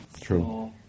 True